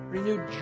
Renewed